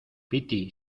piti